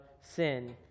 sin